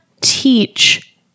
teach